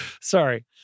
Sorry